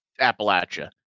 Appalachia